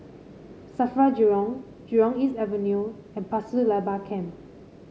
Safra Jurong Jurong East Avenue and Pasir Laba Camp